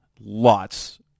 lots